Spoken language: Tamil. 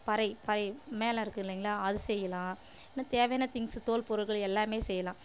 பறை பறை மேளம் இருக்குது இல்லைங்களா அது செய்யலாம் இன்னும் தேவையான திங்க்ஸ் தோல் பொருகள் எல்லாம் செய்யலாம்